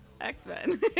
X-Men